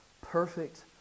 Perfect